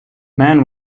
man